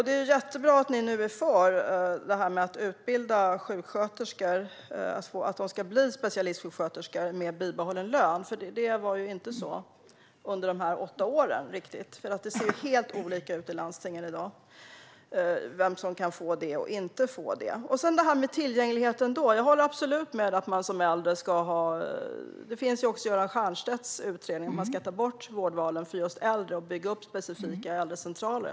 Det är jättebra att ni nu är för att utbilda sjuksköterskor till specialistsjuksköterskor med bibehållen lön. Riktigt så var det ju inte under era åtta år. Det ser helt olika ut i landstingen i dag när det gäller vem som kan och inte kan få det. När det gäller tillgänglighet håller jag absolut med om att man som äldre ska ha det. Det finns med i Göran Stiernstedts utredning att man ska ta bort vårdvalen för äldre och bygga upp specifika äldrevårdscentraler.